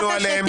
אמרת שתבדוק.